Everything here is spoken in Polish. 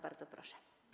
Bardzo proszę.